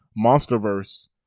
monsterverse